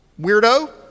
weirdo